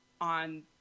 on